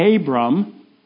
Abram